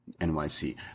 NYC